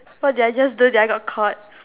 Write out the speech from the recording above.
what did I just do did I just got caught